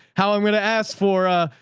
how i'm going to ask for a,